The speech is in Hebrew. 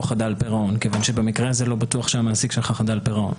חדל פירעון כיוון שבמקרה הזה לא בטוח שהמעסיק שלך חדל פירעון.